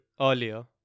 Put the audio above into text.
earlier